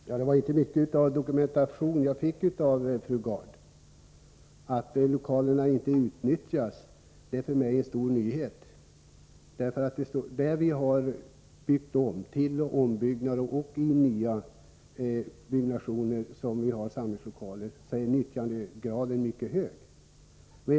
Herr talman! Det var inte mycket dokumentation, Margareta Gard. Att lokalerna inte utnyttjas är för mig en stor nyhet. Byggnader har byggts om och till. Nybyggnation har även förekommit. Samlingslokalerna utnyttjas verkligen i hög grad.